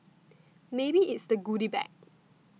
maybe it's the goody bag